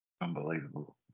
unbelievable